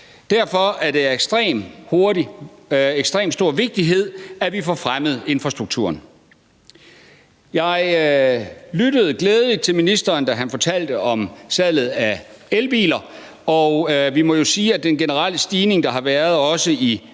Derfor er det af ekstremt stor vigtighed, at vi får fremmet infrastrukturen. Jeg lyttede gladelig til ministeren, da han fortalte om salget af elbiler, og vi må jo sige, at den generelle stigning, der har været, også med